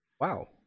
wow